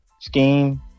scheme